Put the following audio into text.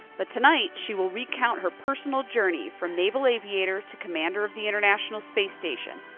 but tonight she will recount her personal journey from naval aviator to commander of the international space station,